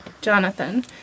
Jonathan